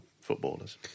footballers